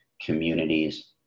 communities